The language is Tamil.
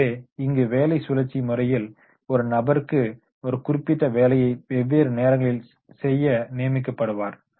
எனவே இங்கு வேலை சுழற்சி முறையில் ஒரு நபருக்கு ஒரு குறிப்பிட்ட வேலையை வெவ்வேறு நேரங்களில் செய்ய நியமிக்கப்படுவார்